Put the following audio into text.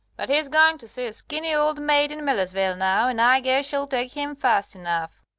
but he's going to see a skinny old maid in millersville now, and i guess she'll take him fast enough.